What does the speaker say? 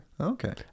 Okay